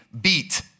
beat